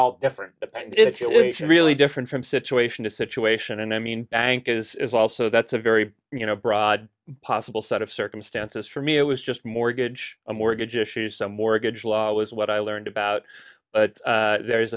all different but it's really different from situation to situation and i mean bank is also that's a very you know broad possible set of circumstances for me it was just mortgage a mortgage issue some mortgage law was what i learned about there is